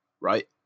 right